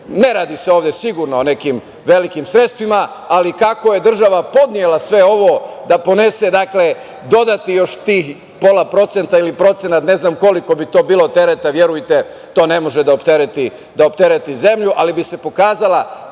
radi se ovde sigurno o nekim velikim sredstvima, ali kako je država podnela sve ovo da podnese dodatnih pola procenta ili procenat, ne znam koliko bi to bilo tereta, verujte, to ne može da optereti zemlju, ali bi se pokazala